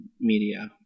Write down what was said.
media